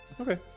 Okay